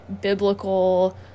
biblical